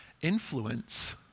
influence